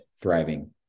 thriving